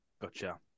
Gotcha